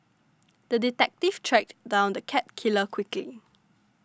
the detective tracked down the cat killer quickly